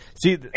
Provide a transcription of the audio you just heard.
See